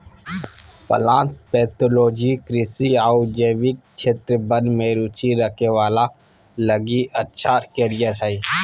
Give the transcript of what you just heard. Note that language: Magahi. प्लांट पैथोलॉजी कृषि आऊ जैविक क्षेत्र वन में रुचि रखे वाला लगी अच्छा कैरियर हइ